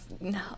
No